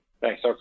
Thanks